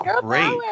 great